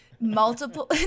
Multiple